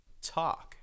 Talk